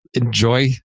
enjoy